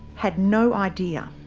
had no idea.